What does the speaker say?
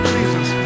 Jesus